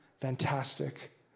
Fantastic